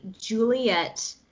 Juliet